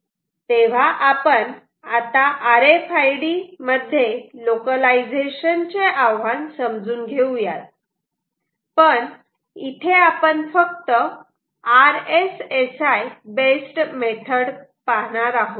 तेव्हा आपण आता आर एफ आय डी मध्ये लोकलायझेशन चे आव्हान समजून घेऊयात पण इथे आपण फक्त RSSI बेस्ड मेथड पाहणार आहोत